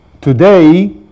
Today